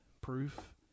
proof